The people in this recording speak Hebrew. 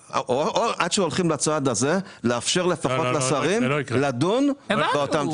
עד שהולכים לצעד הזה לאפשר לשרים לפחות לדון --- הבנו,